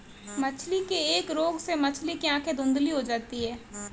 मछली के एक रोग से मछली की आंखें धुंधली हो जाती है